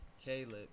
Caleb